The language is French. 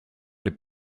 les